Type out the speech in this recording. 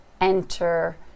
enter